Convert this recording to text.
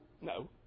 No